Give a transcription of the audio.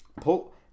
pull